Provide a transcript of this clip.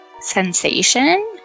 sensation